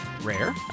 Rare